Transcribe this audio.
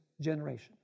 generation